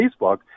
Facebook